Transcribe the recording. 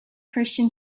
christian